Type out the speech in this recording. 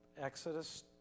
Exodus